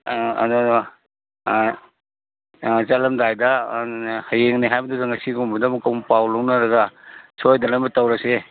ꯑꯥ ꯑꯗꯨꯗꯣ ꯑꯥ ꯑꯥ ꯆꯠꯂꯝꯗꯥꯏꯗ ꯑꯗꯨꯅ ꯍꯌꯦꯡꯅꯤ ꯍꯥꯏꯕꯗꯨꯗ ꯉꯁꯤꯒꯨꯝꯕꯗ ꯑꯃꯨꯛꯀ ꯑꯃꯨꯛ ꯄꯥꯎ ꯂꯧꯅꯔꯒ ꯁꯣꯏꯗꯅꯕ ꯇꯧꯔꯁꯦ